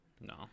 No